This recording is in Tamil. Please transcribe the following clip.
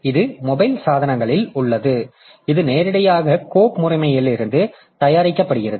இது மொபைல் சாதனங்களில் உள்ளது இது நேரடியாக கோப்பு முறைமையிலிருந்து தயாரிக்கப்படுகிறது